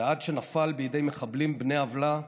ועד שנפל בידי מחבלים בני עוולה